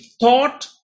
thought